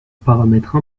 paramètre